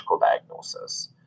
diagnosis